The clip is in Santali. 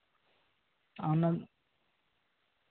ᱟᱨ ᱚᱱᱟ ᱫᱚ